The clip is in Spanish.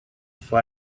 fue